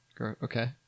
Okay